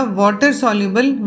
water-soluble